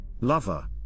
Lover